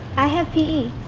i have p e.